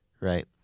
right